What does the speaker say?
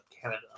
Canada